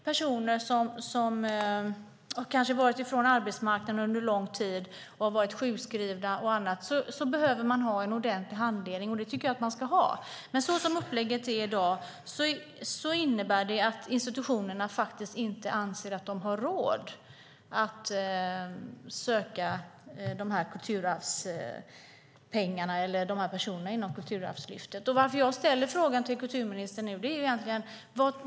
Personer som har varit borta från arbetsmarknaden länge, till exempel har varit sjukskrivna, behöver ordentlig handledning. Som upplägget är i dag innebär det att institutionerna inte anser att de har råd att söka dessa personer inom ramen för Kulturarvslyftet.